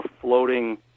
floating